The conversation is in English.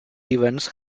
events